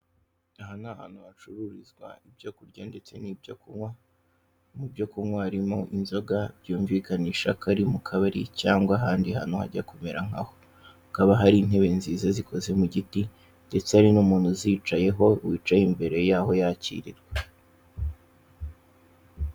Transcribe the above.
Aha ni ahantu hacururizwa ibyo kurya ndetse n'ibyo kunywa mu byo kunywa harimo inzoga byumvikanishako ari mu kabari cyangwa ahandi hantu hajya kumera nkaho. Hakaba hari intebe nziza zikoze mu giti ndetse hari n'umuntu uzicayeho wicaye imbere y'aho yakirirwa.